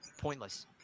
pointless